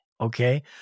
Okay